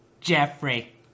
Jeffrey